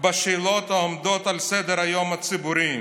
בשאלות העומדות על סדר-היום הציבורי.